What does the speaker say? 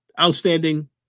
outstanding